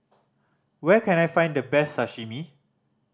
where can I find the best Sashimi